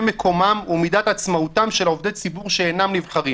מקומם ומידת עצמאותם של עובדי ציבור שאינם נבחרים.